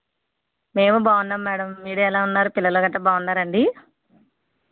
మేము బాగున్నాము మేడం మీరు ఎలా ఉన్నారు పిల్లలు గట్ట బాగున్నారా అండి